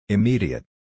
Immediate